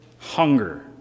hunger